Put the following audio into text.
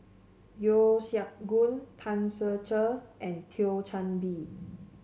Yeo Siak Goon Tan Ser Cher and Thio Chan Bee